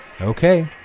Okay